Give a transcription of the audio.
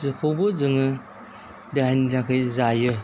जेखौबो जों देहानि थाखाय जायो